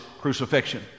crucifixion